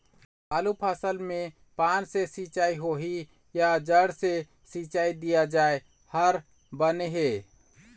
आलू फसल मे पान से सिचाई होही या जड़ से सिचाई दिया जाय हर बने हे?